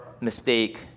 mistake